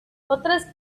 otras